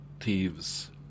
thieves